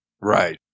Right